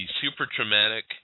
super-traumatic –